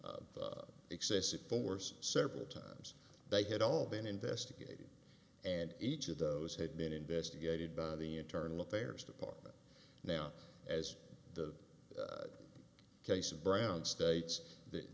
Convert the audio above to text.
of excessive force several times they had all been investigated and each of those had been investigated by the internal affairs department now as the case of brown states that